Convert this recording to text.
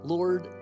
Lord